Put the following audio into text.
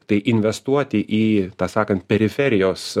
tai investuoti į tą sakant periferijos